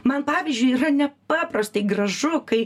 man pavyzdžiui yra nepaprastai gražu kai